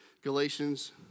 Galatians